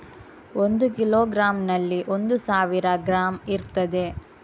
ಒಂದು ಕಿಲೋಗ್ರಾಂನಲ್ಲಿ ಒಂದು ಸಾವಿರ ಗ್ರಾಂ ಇರ್ತದೆ